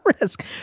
risk